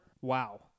Wow